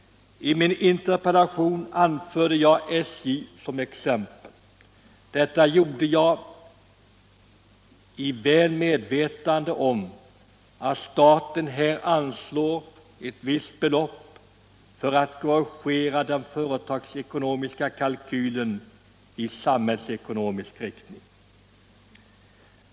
I min interpellation anförde jag SJ som exempel, väl medveten om att staten här anslår ett visst belopp för att korrigera den företagsekonomiska kalkylen i samhällsekonomisk riktning.